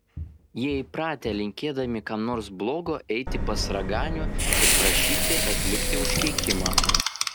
jie įpratę linkėdami kam nors blogo eiti pas raganių ir prašyti atlikti užkeikimą